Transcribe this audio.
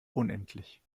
unendlich